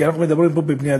כי אנחנו מדברים פה בבני-אדם,